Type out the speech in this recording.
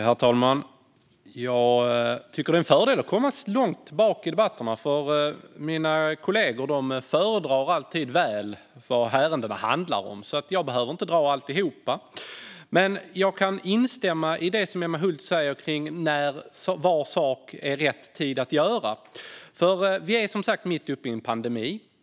Herr talman! Jag tycker att det är en fördel att komma långt bak i debatten. Mina kollegor föredrar alltid väl vad ärendena handlar om, så jag behöver inte dra alltihop. Jag kan dock instämma i det som Emma Hult säger om att var sak har sin tid. Vi är som sagt mitt uppe i en pandemi.